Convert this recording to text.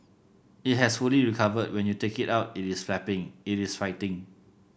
it has fully recovered when you take it out it is flapping it is fighting